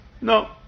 no